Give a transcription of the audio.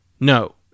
No